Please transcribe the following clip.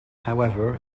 however